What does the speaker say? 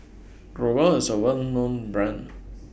Growell IS A Well known Brand